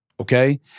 Okay